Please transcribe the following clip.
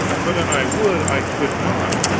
but an i would, i could not,